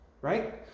right